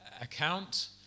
account